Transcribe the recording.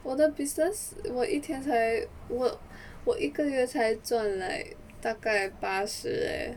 我的 business 我一天才 work 我一个月才赚 like 大概八十 eh